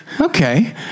okay